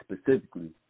specifically